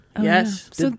Yes